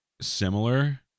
similar